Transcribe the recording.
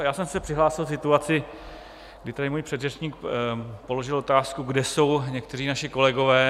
Já jsem se přihlásil v situaci, kdy tady můj předřečník položil otázku, kde jsou někteří naši kolegové.